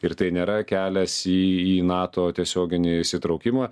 ir tai nėra kelias į į nato tiesioginį įsitraukimą